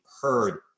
heard